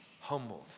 humbled